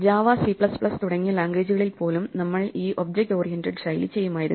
Java C തുടങ്ങിയ ലാംഗ്വേജുകളിൽ പോലും നമ്മൾ ഈ ഒബ്ജക്റ്റ് ഓറിയന്റഡ് ശൈലി ചെയ്യുമായിരുന്നു